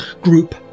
Group